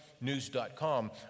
news.com